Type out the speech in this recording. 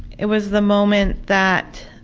it was the moment that